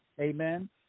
Amen